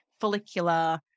follicular